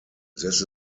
this